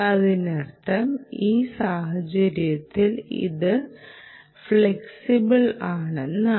അതിനർത്ഥം ഈ സാഹചര്യത്തിൽ ഇത് ഫ്ലെക്സിബിൾ ആണെന്നാണ്